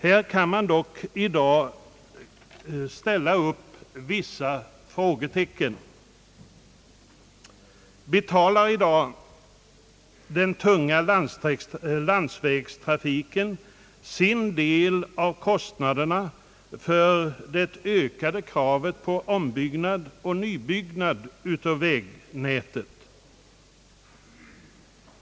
Där kan man dock i dag ställa upp vissa frågetecken. Betalar i dag den tunga landsvägstrafiken sin del av kostnaderna för det ökade kravet på ombyggnad och nybyggnad av vägnätet?